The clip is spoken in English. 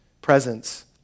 presence